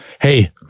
Hey